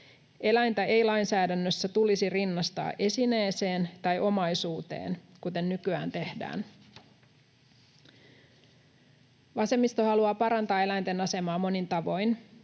Eläintä ei lainsäädännössä tulisi rinnastaa esineeseen tai omaisuuteen, kuten nykyään tehdään. Vasemmisto haluaa parantaa eläinten asemaa monin tavoin.